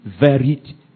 varied